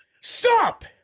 Stop